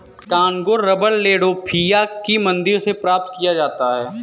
Congo rubber Landolphia की मदिरा से प्राप्त किया जाता है